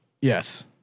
Yes